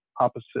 opposite